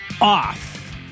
off